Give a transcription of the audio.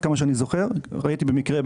ראיתי במקרה,